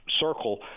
circle